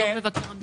דוח מבקר המדינה?